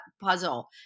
puzzle